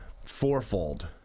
fourfold